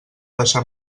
deixar